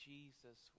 Jesus